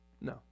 No